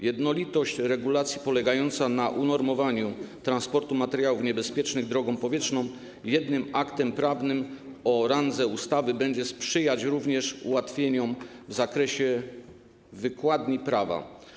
Jednolitość regulacji polegająca na unormowaniu transportu materiałów niebezpiecznych drogą powietrzną jednym aktem prawnym o randze ustawy będzie sprzyjać również ułatwieniom w zakresie wykładni prawa.